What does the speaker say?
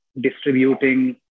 distributing